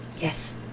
Yes